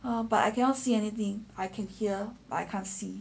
um but I cannot see anything I can hear but I can't see